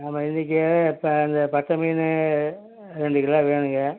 ஆமாம் இன்னைக்கு இப்போ அந்த பட்டை மீன் ரெண்டு கிலோ வேணுங்க